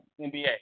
NBA